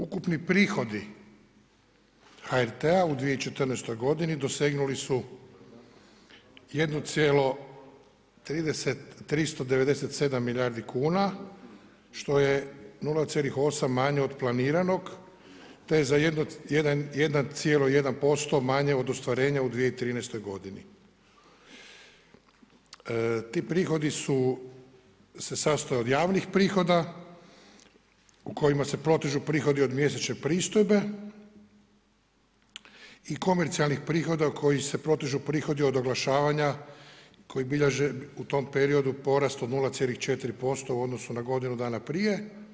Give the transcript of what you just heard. Ukupni prihodi HRT-a u 2014.g. dosegnuli su 1,397 milijardi kuna, što je 0,8 manje od planiranog, te je za 1,1% manje od ostvarenja u 2013.g. Ti prihodi su se sastojali od javnih prihoda, u kojima se protežu prihodi od mjesečne pristojbe i komercijalnih prihoda koji se proteži prihodi od oglašavanja, koji bilježe u tom periodu porast od 0,4% u odnosu na godinu dana prije.